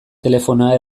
telefonoa